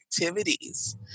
activities